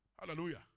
Hallelujah